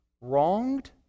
wronged